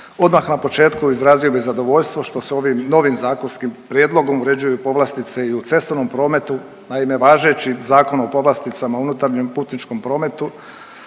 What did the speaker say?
Odmah na početku izrazio bih zadovoljstvo što se ovim novim zakonskim prijedlogom uređuju povlastice i u cestovnom prometu. Naime, važeći Zakon o povlasticama unutarnjem putničkom prometu